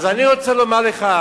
אז אני רוצה לומר לך,